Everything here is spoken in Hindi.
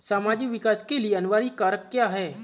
सामाजिक विकास के लिए अनिवार्य कारक क्या है?